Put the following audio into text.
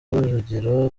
rujugiro